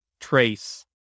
trace